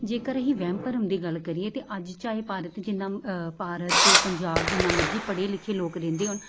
ਜੇਕਰ ਅਸੀਂ ਵਹਿਮ ਭਰਮ ਦੀ ਗੱਲ ਕਰੀਏ ਤਾਂ ਅੱਜ ਚਾਹੇ ਭਾਰਤ ਜਿੰਨਾ ਨ ਭਾਰਤ ਪੰਜਾਬ ਜਿੰਨਾ ਮਰਜ਼ੀ ਪੜ੍ਹੇ ਲਿਖੇ ਲੋਕ ਰਹਿੰਦੇ ਹੋਣ